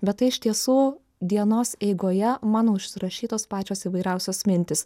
bet tai iš tiesų dienos eigoje mano užsirašytos pačios įvairiausios mintys